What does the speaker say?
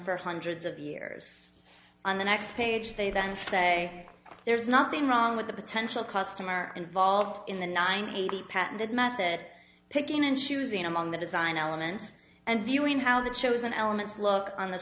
for hundreds of years on the next page they then say there's nothing wrong with the potential customer involved in the nine eighty patented math it picking and choosing among the design elements and viewing how the chosen elements look on the